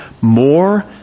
more